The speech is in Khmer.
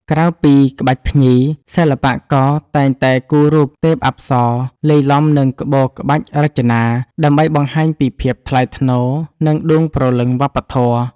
ក្រៅពីក្បាច់ភ្ញី សិល្បករតែងតែគូររូប ទេពអប្សរ លាយឡំនឹងក្បូរក្បាច់រចនា ដើម្បីបង្ហាញពីភាពថ្លៃថ្នូរ និងដួងព្រលឹងវប្បធម៌។